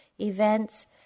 events